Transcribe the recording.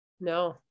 No